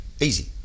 Easy